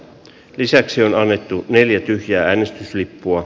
lisäksi on annettu neljä tyhjää äänestyslippua